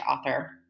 author